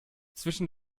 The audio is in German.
zwischen